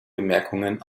bemerkungen